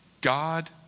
God